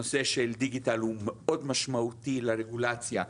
הנושא של דיגיטל הוא מאוד משמעותי לרגולציה.